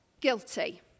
guilty